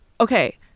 Okay